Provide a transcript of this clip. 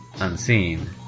unseen